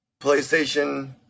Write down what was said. PlayStation